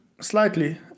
Slightly